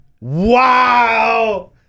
wow